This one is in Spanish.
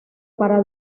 para